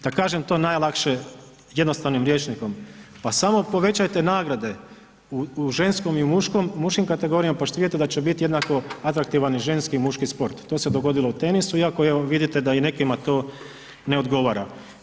Da kažem to najlakše jednostavnim rječnikom, pa samo povećajte nagrade u ženskom i muškim kategorijama, pa ćete vidjeti da će bit jednako atraktivan i ženski i muški sport, to se dogodilo u tenisu iako evo vidite da i nekima to ne odgovara.